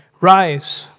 rise